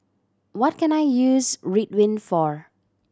what can I use Ridwind for